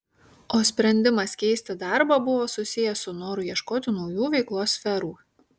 o sprendimas keisti darbą buvo susijęs su noru ieškoti naujų veiklos sferų